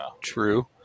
true